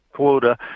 Quota